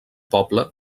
poble